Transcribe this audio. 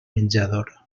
menjador